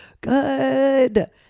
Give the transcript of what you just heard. good